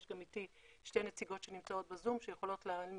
יש גם איתי שתי נציגות שנמצאות בזום שיכולות להעמיק,